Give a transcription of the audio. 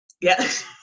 Yes